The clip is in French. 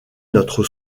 notre